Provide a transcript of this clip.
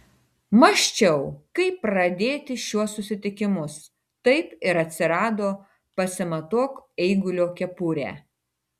mąsčiau kaip pradėti šiuos susitikimus taip ir atsirado pasimatuok eigulio kepurę